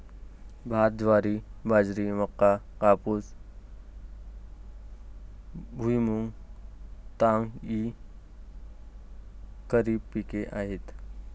भात, ज्वारी, बाजरी, मका, कापूस, भुईमूग, ताग इ खरीप पिके आहेत